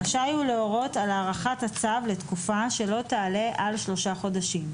רשאי הוא להורות על הארכת הצו לתקופה שלא תעלה על שלושה חודשים,